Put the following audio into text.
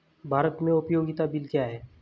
भारत में उपयोगिता बिल क्या हैं?